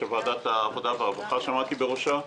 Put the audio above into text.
של ועדת העבודה והרווחה שעמדתי בראשה,